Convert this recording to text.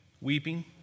weeping